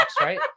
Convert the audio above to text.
right